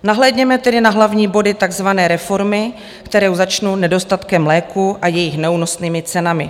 Nahlédněme tedy na hlavní body takzvané reformy, které začnu nedostatkem léků a jejich neúnosnými cenami.